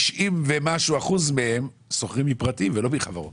90% ומשהו מהם שוכרים מפרטיים, ולא מחברות.